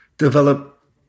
develop